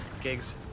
gigs